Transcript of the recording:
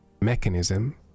mechanism